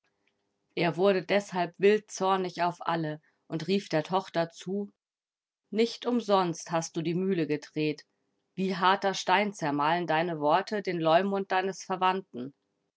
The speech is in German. er wurde deshalb wildzornig auf alle und rief der tochter zu nicht umsonst hast du die mühle gedreht wie harter stein zermahlen deine worte den leumund deines verwandten